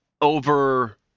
over